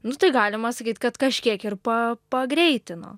nu tai galima sakyt kad kažkiek ir pa pagreitino